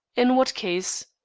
in what case?